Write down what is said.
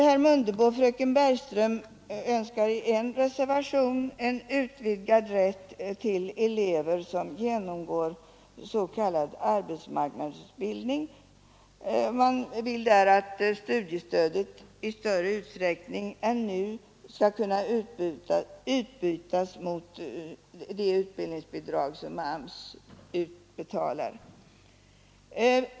Herr Mundebo och fröken Bergström önskar i en reservation en utvidgad bidragsrätt för elever som genomgår s.k. arbetsmarknadsutbildning. I reservationen hemställs att studiestödet i större utsträckning än nu skall kunna utbytas mot utbildningsbidrag som utbetalas genom AMS.